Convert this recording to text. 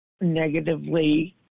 negatively